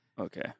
Okay